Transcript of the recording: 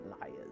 liars